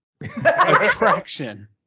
Attraction